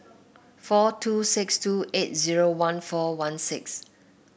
four two six two eight zero one four one six